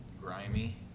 grimy